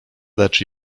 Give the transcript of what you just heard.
lecz